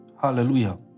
Hallelujah